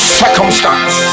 circumstance